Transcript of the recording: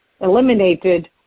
eliminated